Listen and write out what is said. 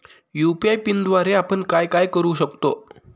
UPI पिनद्वारे आपण काय काय करु शकतो?